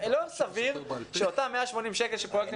לא סביר שישלמו את אותם 180 ש"ח של פרויקטים